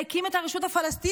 אלא הקים את הרשות הפלסטינית,